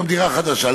לרכוש רק דירות חדשות.